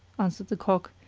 answered the cock,